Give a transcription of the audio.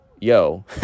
Yo